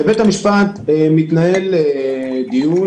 בבית המשפט מתנהל דיון,